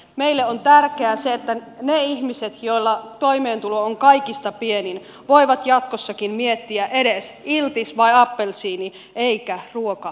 meille on tärkeää se että ne ihmiset joilla toimeentulo on kaikista pienin voivat jatkossakin miettiä edes sitä että iltis vai appelsiini eikä sitä että ruoka vai lääkkeet